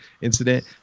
incident